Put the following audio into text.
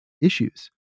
issues